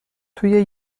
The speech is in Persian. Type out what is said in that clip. توی